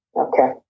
Okay